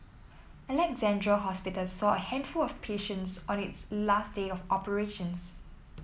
Alexandra Hospital saw a handful of patients on its last day of operations